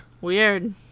Weird